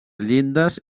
llindes